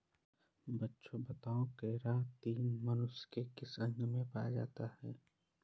बच्चों बताओ केरातिन मनुष्य के कौन से अंग में पाया जाता है?